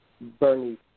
Bernie